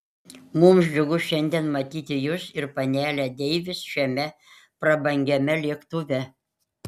mums džiugu šiandien matyti jus ir panelę deivis šiame prabangiame lėktuve